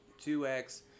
2X